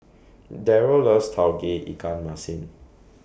Darold loves Tauge Ikan Masin